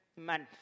month